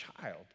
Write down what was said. child